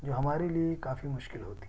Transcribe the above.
جو ہمارے لیے کافی مشکل ہوتی ہے